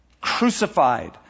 crucified